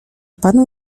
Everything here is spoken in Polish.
panu